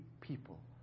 people